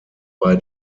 bei